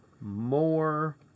more